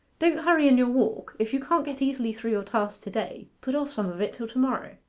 don't hurry in your walk. if you can't get easily through your task to-day put off some of it till to-morrow